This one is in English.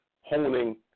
honing